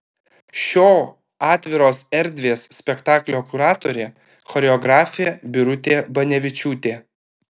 šio atviros erdvės spektaklio kuratorė choreografė birutė banevičiūtė